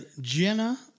Jenna